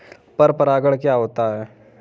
पर परागण क्या होता है?